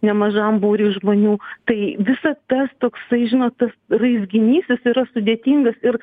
nemažam būriui žmonių tai visa tas toksai žinot tas raizginys jis yra sudėtingas ir